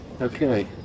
Okay